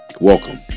Welcome